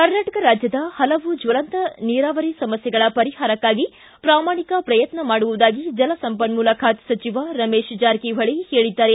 ಕರ್ನಾಟಕ ರಾಜ್ಯದ ಹಲವು ಜ್ವಲಂತ ನೀರಾವರಿ ಸಮಸ್ಥೆಗಳ ಪರಿಹಾರಕ್ಕೆ ಪ್ರಾಮಾಣಿಕ ಪ್ರಯತ್ನ ಮಾಡುವುದಾಗಿ ಜಲ ಸಂಪನ್ಮೂಲ ಖಾತೆ ಸಚಿವ ರಮೇಶ್ ಜಾರಕಿಹೊಳಿ ಹೇಳಿದ್ದಾರೆ